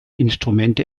instrumente